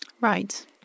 Right